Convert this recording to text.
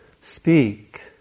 speak